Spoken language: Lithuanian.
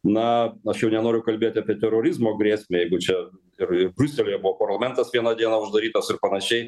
na aš jau nenoriu kalbėt apie terorizmo grėsmę jeigu čia ir ir briuselyje buvo parlamentas vieną dieną uždarytas ir panašiai